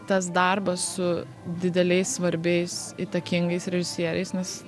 tas darbas su dideliais svarbiais įtakingais režisieriais nes